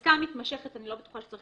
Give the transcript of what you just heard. העוסק ישלח